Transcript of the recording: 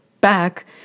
back